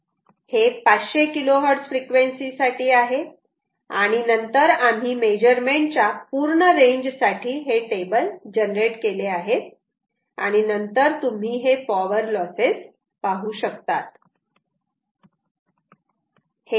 हे 500 KHz आहे आणि नंतर आम्ही मेजरमेंट च्या पूर्ण रेंज साठी हे टेबल जनरेट केले आहेत आणि नंतर तुम्ही हे पॉवर लॉस पाहू शकतात